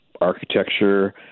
architecture